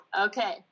Okay